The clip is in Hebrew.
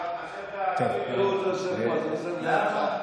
שהחבר'ה הערבים יראו אותו יושב פה,